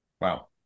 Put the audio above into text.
Wow